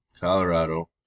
Colorado